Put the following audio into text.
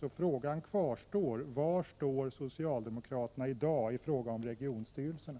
Frågan kvarstår därför: Var står socialdemokraterna i dag i fråga om regionstyrelserna?